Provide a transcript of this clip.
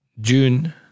June